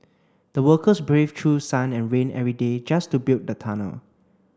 the workers braved through sun and rain every day just to build the tunnel